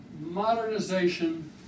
modernization